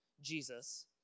Jesus